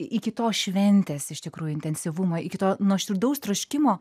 iki tos šventės iš tikrųjų intensyvumo iki to nuoširdaus troškimo